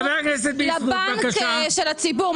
הבנק של הציבור,